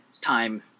time